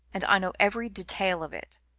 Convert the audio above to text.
and i know every detail of it.